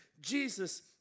Jesus